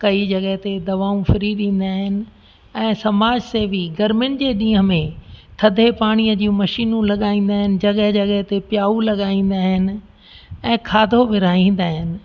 कई जॻहि ते दवाऊं फ्री ॾींदा आहिनि ऐं समाज सेवी गर्मियुनि जे ॾींहनि में थधे पाणीअ जूं मशीनूं लॻाईंदा आहिनि जॻहि जॻहि ते प्याऊ लॻाईंदा आहिनि ऐं खाधो विरिहाईंदा आहिनि